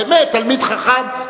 באמת תלמיד חכם,